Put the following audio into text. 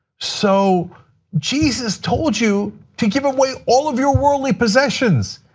so jesus told you to give away all of your worldly possessions.